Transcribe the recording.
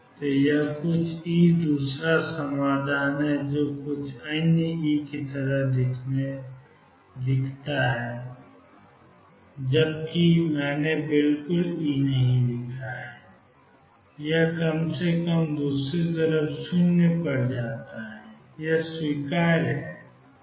तो यह कुछ ई दूसरा समाधान है जो कुछ अन्य ई की तरह करने के लिए जाता है जब तक कि मैंने बिल्कुल ई नहीं लिखा है कि कम से कम दूसरी तरफ 0 पर जाता है और यह स्वीकार्य है